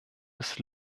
des